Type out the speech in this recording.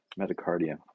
metacardia